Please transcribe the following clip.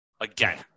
again